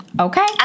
okay